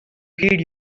heed